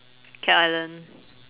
cat island